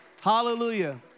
Hallelujah